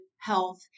health